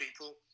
people